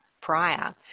prior